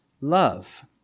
love